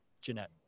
Jeanette